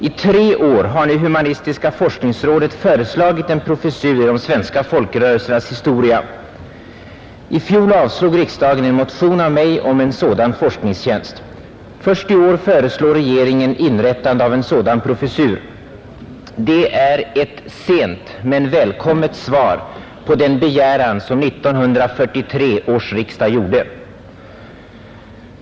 I tre år har nu humanistiska forskningsrådet föreslagit en professur i de svenska folkrörelsernas historia. I fjol avslog riksdagen en motion av mig om en dylik forskningstjänst. Först i år föreslår regeringen inrättande av en sådan professur. Det är ett sent — men välkommet — svar på den begäran som 1943 års riksdag gjorde.